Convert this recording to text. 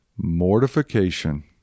Mortification